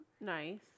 Nice